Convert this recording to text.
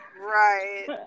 Right